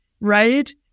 right